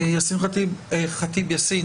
הכנסת ח'טיב יאסין,